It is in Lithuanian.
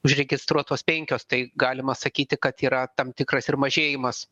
užregistruotos penkios tai galima sakyti kad yra tam tikras ir mažėjimas